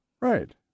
Right